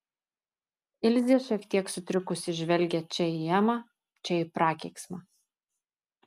ilzė šiek tiek sutrikusi žvelgė čia į emą čia į prakeiksmą